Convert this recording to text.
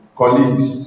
colleagues